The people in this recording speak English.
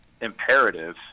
imperative